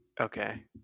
Okay